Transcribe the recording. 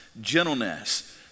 gentleness